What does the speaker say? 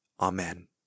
Amen